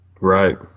Right